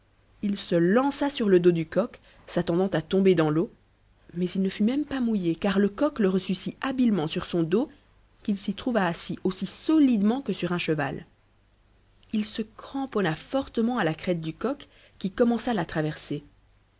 il se lança sur le dos du coq s'attendant à tomber dans l'eau mais il ne fut même pas mouillé car le coq le reçut si habilement sur son dos qu'il s'y trouva assis aussi solidement que sur un cheval il se cramponna fortement à la crête du coq qui commença la traversée